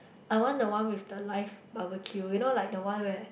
I want the one with the live barbeque you know like the one where